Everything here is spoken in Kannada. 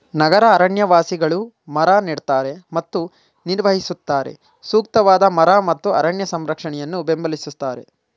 ನಗರ ಅರಣ್ಯವಾಸಿಗಳು ಮರ ನೆಡ್ತಾರೆ ಮತ್ತು ನಿರ್ವಹಿಸುತ್ತಾರೆ ಸೂಕ್ತವಾದ ಮರ ಮತ್ತು ಅರಣ್ಯ ಸಂರಕ್ಷಣೆಯನ್ನು ಬೆಂಬಲಿಸ್ತಾರೆ